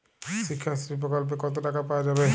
শিক্ষাশ্রী প্রকল্পে কতো টাকা পাওয়া যাবে?